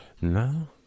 No